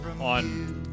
on